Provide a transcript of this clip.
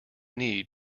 need